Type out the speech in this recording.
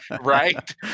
Right